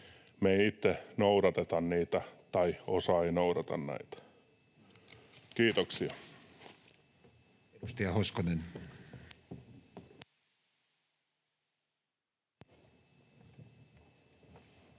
me ei itse noudateta niitä tai osa ei noudata. — Kiitoksia.